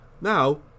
Now